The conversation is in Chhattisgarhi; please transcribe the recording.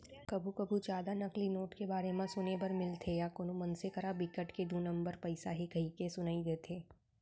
कभू कभू जादा नकली नोट के बारे म सुने बर मिलथे या कोनो मनसे करा बिकट के दू नंबर पइसा हे कहिके सुनई देथे